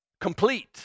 complete